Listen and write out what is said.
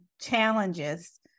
challenges